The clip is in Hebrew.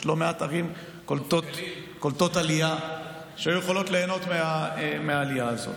יש לא מעט ערים קולטות עלייה שהיו יכולות ליהנות מהעלייה הזאת.